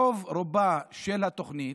רוב-רובה של התוכנית,